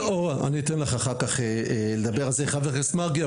אני אתן לך אחר כך לדבר על זה עם חה"כ מרגי,